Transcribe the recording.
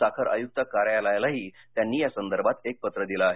साखर आयुक्त कार्यालयालाही त्यांनी यासंदर्भात एक पत्र दिलं आहे